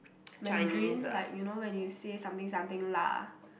Mandarin like you know when you say something something lah